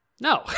No